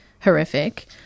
horrific